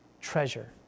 treasure